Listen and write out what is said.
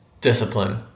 discipline